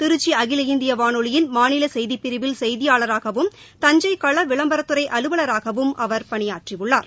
திருச்சி அகில இந்திய வானொலியின் மாநில செய்திப் பிரிவில் செய்தியாளராகவும் தஞ்சை கள விளம்பரத் துறை அலுவலராகவும் அவர் பணியாற்றியுள்ளார்